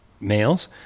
males